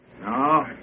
No